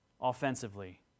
offensively